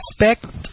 expect